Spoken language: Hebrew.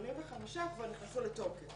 85 כבר נכנסו לתוקף.